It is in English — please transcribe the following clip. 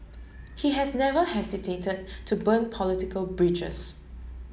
he has never hesitate to burn political bridges